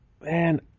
man